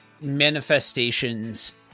manifestations